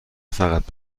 فقط